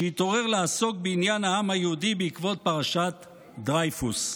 שהתעורר לעסוק בעניין העם היהודי בעקבות פרשת דרייפוס.